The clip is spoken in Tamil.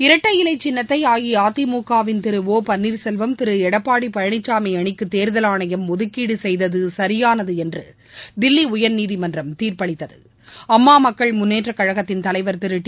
இரட்டை இலை சின்னத்தை அஇஅதிமுகவின் திரு ஓ பன்னீர் செல்வம் திரு எடப்பாடி பழனிசாமி அணிக்கு தேர்தல் ஆணையம் ஒதுக்கீடு செய்தது சரியானது என்று தில்லி உயர்நீதிமன்றம் தீர்ப்பளித்தது அம்மா மக்கள் முன்னேற்ற கழகத்தின் தலைவர் திரு டி